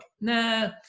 nah